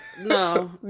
No